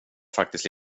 faktiskt